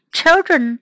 Children